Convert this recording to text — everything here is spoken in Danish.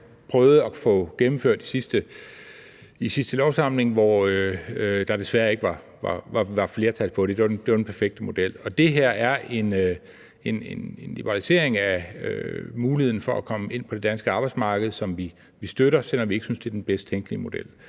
vi selv prøvet at få gennemført i sidste folketingssamling, hvor der desværre ikke var flertal for det. Det var den perfekte model, og det her er en liberalisering af muligheden for at komme ind på det danske arbejdsmarked, som vi støtter, selv om vi ikke synes, det er den bedst tænkelige model,